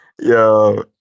Yo